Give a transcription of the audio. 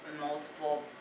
multiple